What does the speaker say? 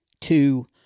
two